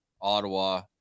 Ottawa